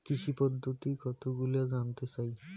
কৃষি পদ্ধতি কতগুলি জানতে চাই?